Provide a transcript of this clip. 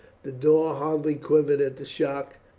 the doors hardly quivered at the shock,